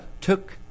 took